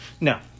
No